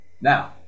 Now